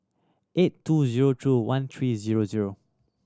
eight two zero two one three zero zero